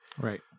Right